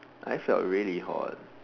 I felt really hot